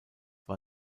war